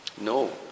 No